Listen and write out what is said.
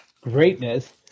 greatness